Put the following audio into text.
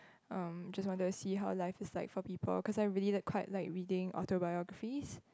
um just wanted to see how life is like for people cause I really like quite like reading autobiographies